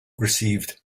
received